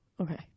okay